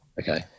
Okay